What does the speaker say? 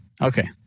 Okay